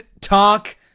talk